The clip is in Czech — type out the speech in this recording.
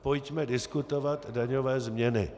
Pojďme diskutovat daňové změny.